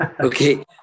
Okay